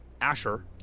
Asher